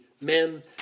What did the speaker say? men